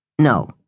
No